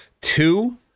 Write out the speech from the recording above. two